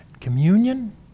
Communion